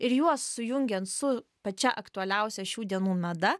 ir juos sujungiant su pačia aktualiausia šių dienų mada